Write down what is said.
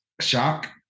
shock